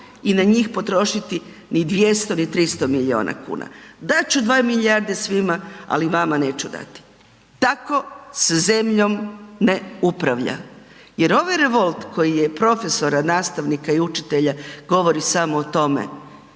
i na njih potrošiti ni 200 ni 300 milijuna kuna, dat ću 2 milijarde svima, ali vama neću dati, tako se zemljom ne upravlja jer ovaj revolt koji je profesora, nastavnika i učitelja govori samo o tome,